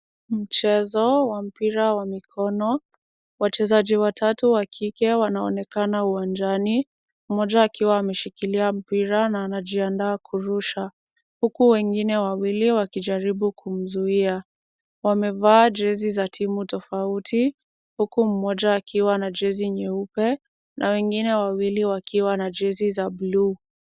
Mchezo wa mpira wa mikono. Wachezaji watatu wa kike wanaonekana uwanjani, mmoja akiwa ameshikilia mpira na anajiandaa kurusha huku wengine wawili wakijaribu kumzuia. Wamevaa jezi za timu tofauti, huku mmoja akiwa na jezi nyeupe na wengine wawili wakiwa na jezi za blue .